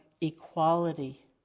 equality